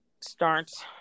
starts